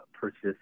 purchase